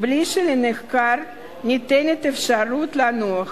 בלי שניתנת לנחקר אפשרות לנוח.